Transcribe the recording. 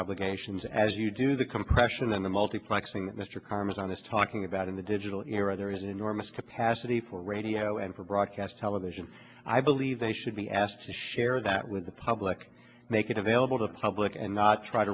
obligations as you do the compression then the multiplexing mr karmas on is talking about in the digital era there is an enormous capacity for radio and for broadcast television i believe they should be asked to share that with the public make it available to the public and not try